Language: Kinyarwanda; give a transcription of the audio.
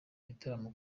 igitaramo